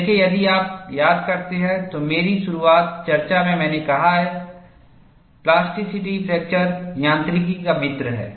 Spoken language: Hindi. देखें यदि आप याद करते हैं तो मेरी शुरुआती चर्चा में मैंने कहा है कि प्लास्टिसिटी फ्रैक्चर यांत्रिकी का मित्र है